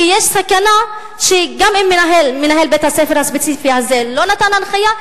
כי יש סכנה שגם אם מנהל בית-הספר הספציפי הזה לא נתן הנחיה,